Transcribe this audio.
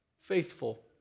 Faithful